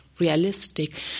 Realistic